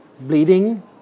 bleeding